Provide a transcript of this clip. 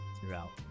throughout